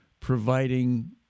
providing